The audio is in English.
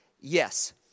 yes